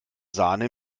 sahne